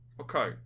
Okay